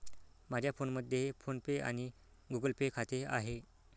माझ्या फोनमध्ये PhonePe आणि गुगल पे खाते आहे